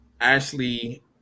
Ashley